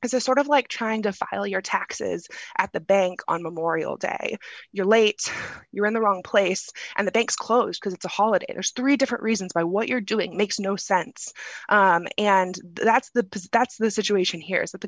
as a sort of like trying to file your taxes at the bank on memorial day you're late you're in the wrong place and the banks closed because it's a holiday there's three different reasons why what you're doing makes no sense and that's the that's the situation here is that the